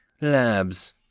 Labs